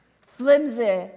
flimsy